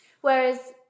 whereas